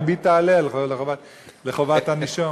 הריבית תעלה לחובת הנישום.